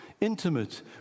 intimate